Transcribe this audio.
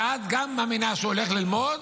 שגם את מאמינה שהוא הולך ללמוד,